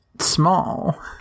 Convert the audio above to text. small